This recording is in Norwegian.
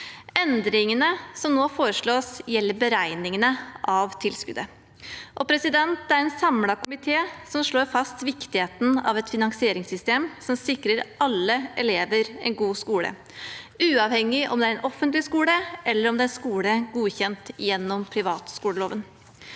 Endringene som nå foreslås, gjelder beregningene av tilskuddet. Det er en samlet komité som slår fast viktigheten av et finansieringssystem som sikrer alle elever en god skole, uavhengig av om det er en offentlig skole eller en skole godkjent gjennom privatskoleloven.